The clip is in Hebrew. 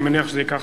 אני מניח שזה ייקח,